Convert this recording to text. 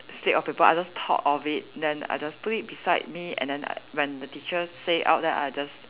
slip of paper I just thought of it then I just put it beside me and then when teacher say out then I just